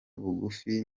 bugufi